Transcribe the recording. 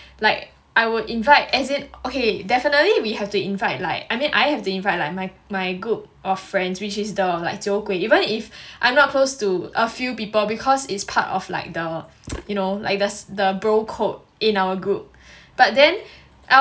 like I would invite as in okay definitely we have to invite like I mean I have the [right] like my my group of friends which is the like 酒鬼 even if I'm not close to a few people because it's part of like the you know like the bro code in our group but then